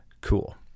Cool